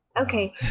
Okay